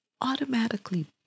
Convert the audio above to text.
automatically